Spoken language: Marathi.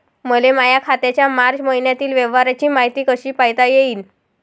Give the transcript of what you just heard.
मले माया खात्याच्या मार्च मईन्यातील व्यवहाराची मायती कशी पायता येईन?